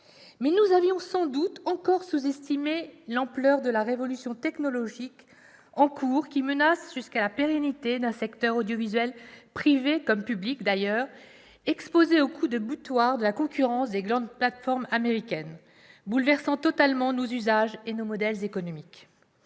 nous avions sans doute encore sous-estimé l'ampleur de la révolution technologique en cours qui menace jusqu'à la pérennité d'un secteur audiovisuel, privé comme public d'ailleurs, exposé aux coups de boutoir de la concurrence des grandes plateformes américaines, bouleversant totalement nos usages et nos modèles économiques.